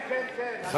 כן, כן, אנחנו יודעים.